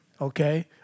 Okay